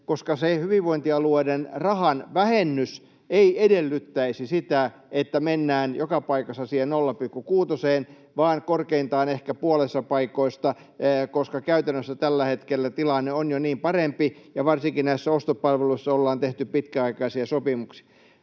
0,6:een: hyvinvointialueiden rahan vähennys ei edellyttäisi sitä, että 0,6:een mennään joka paikassa vaan korkeintaan ehkä puolessa paikoista, koska käytännössä tällä hetkellä tilanne on jo parempi ja varsinkin näissä ostopalveluissa ollaan tehty pitkäaikaisia sopimuksia.